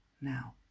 now